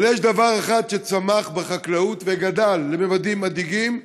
אבל יש דבר אחד שצמח בחקלאות וגדל בממדים מדאיגים.